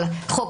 אבל חוק